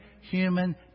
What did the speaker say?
human